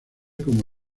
como